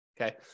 Okay